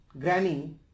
granny